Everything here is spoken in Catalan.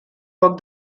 poc